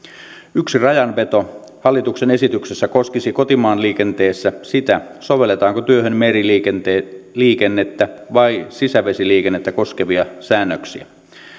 yksi rajanveto hallituksen esityksessä koskisi kotimaanliikenteessä sitä sovelletaanko työhön meriliikennettä vai sisävesiliikennettä koskevia säännöksiä